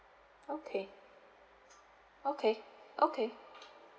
okay okay okay